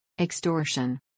extortion